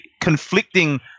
conflicting